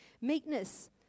Meekness